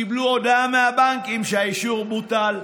קיבלו הודעה מהבנקים שהאישור בוטל.